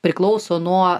priklauso nuo